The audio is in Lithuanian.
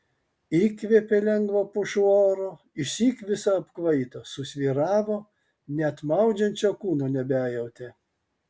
įkvėpė lengvo pušų oro išsyk visa apkvaito susvyravo net maudžiančio kūno nebejautė